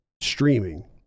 streaming